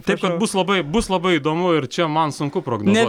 taip kad bus labai bus labai įdomu ir čia man sunku prognozuoti